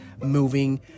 moving